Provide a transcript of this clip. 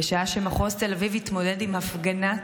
בשעה שמחוז תל אביב התמודד עם הפגנת